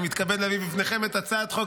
אני מתכבד להביא בפניכם את הצעת חוק